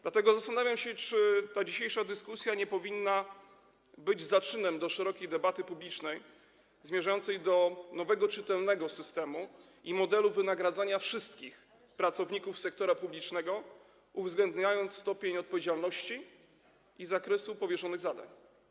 Dlatego zastanawiam się, czy dzisiejsza dyskusja nie powinna być zaczynem szerokiej debaty publicznej, zmierzającej do stworzenia nowego, czytelnego systemu i modelu wynagradzania wszystkich pracowników sektora publicznego, uwzględniającego stopień ich odpowiedzialności i zakres powierzonych im zadań.